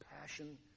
passion